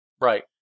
Right